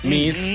Miss